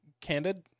candid